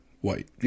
White